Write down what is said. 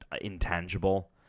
intangible